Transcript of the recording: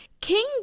King